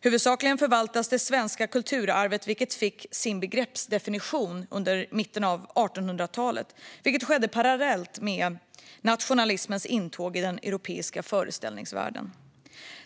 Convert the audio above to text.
Huvudsakligen förvaltas det svenska kulturarvet, vilket fick sin begreppsdefinition under mitten av 1800-talet. Detta skedde parallellt med nationalismens intåg i den europeiska föreställningsvärlden.